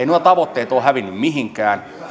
nuo tavoitteet ole hävinneet mihinkään